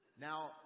Now